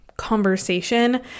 conversation